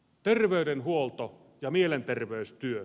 terveydenhuolto ja mielenterveystyö